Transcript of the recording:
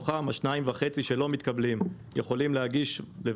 מתוכם 2.5% לא מתקבלים והם יכולים להגיש ערר